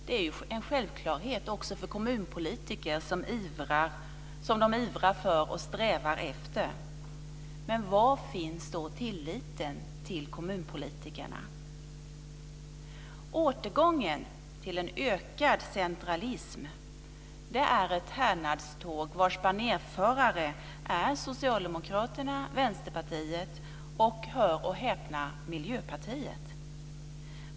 Det är en självklarhet också för kommunpolitiker, som de ivrar för och strävar efter. Men var finns tilliten till kommunpolitikerna? Återgången till en ökad centralism är ett härnadståg vars banerförare är Socialdemokraterna, Vänsterpartiet och, hör och häpna, Miljöpartiet.